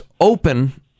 open